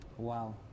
Wow